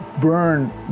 burn